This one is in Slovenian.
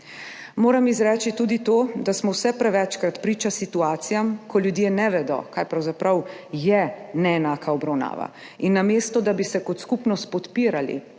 Moram izreči tudi to, da smo vse prevečkrat priča situacijam, ko ljudje ne vedo, kaj pravzaprav je neenaka obravnava. Namesto da bi se kot skupnost podpirali